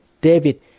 David